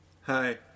Hi